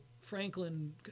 franklin